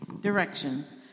directions